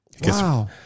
Wow